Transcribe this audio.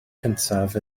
cyntaf